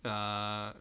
ah